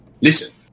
Listen